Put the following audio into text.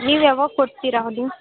ನೀವು ಯಾವಾಗ ಕೊಡ್ತೀರಾ ಅದು